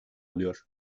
alıyor